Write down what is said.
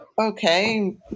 okay